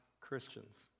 Christians